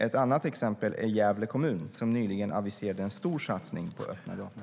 Ett annat exempel är Gävle kommun, som nyligen aviserade en stor satsning på öppna data.